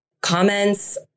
comments